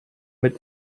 mit